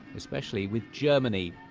especially with germany.